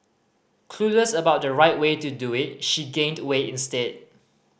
clueless about the right way to do it she gained weight instead